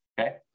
Okay